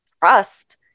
Trust